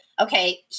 okay